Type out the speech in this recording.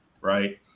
right